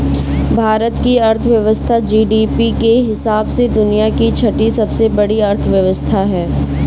भारत की अर्थव्यवस्था जी.डी.पी के हिसाब से दुनिया की छठी सबसे बड़ी अर्थव्यवस्था है